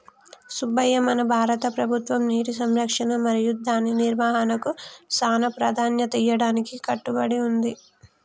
సుబ్బయ్య మన భారత ప్రభుత్వం నీటి సంరక్షణ మరియు దాని నిర్వాహనకు సానా ప్రదాన్యత ఇయ్యడానికి కట్టబడి ఉంది